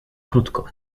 krótko